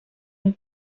you